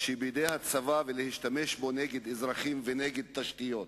שבידי הצבא ולהשתמש בו נגד אזרחים ונגד תשתיות.